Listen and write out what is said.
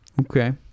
Okay